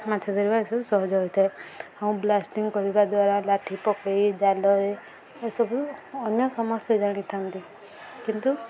ମାଛ ଧରିବା ଏସବୁ ସହଜ ହୋଇଥାଏ ଆଉ ବ୍ଲାଷ୍ଟିଂ କରିବା ଦ୍ୱାରା ଲାଠି ପକେଇ ଜାଲ ଏସବୁ ଅନ୍ୟ ସମସ୍ତେ ଜାଣିଥାନ୍ତି କିନ୍ତୁ